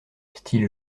style